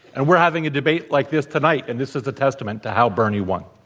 and we're having a debate like this tonight, and this is a testament to how bernie won.